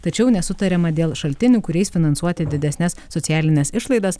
tačiau nesutariama dėl šaltinių kuriais finansuoti didesnes socialines išlaidas